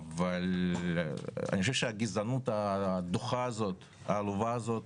אבל אני חושב שהגזענות הדוחה הזאת, העלובה הזאת,